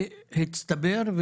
שהצטבר,